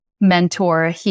mentor